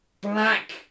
black